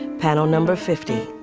panel number fifty